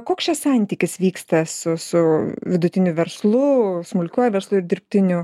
koks čia santykis vyksta su su vidutiniu verslu smulkiuoju verslu ir dirbtiniu